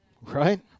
Right